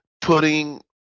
putting